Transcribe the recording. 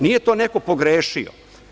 Nije to neko pogrešio.